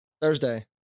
thursday